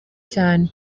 cyane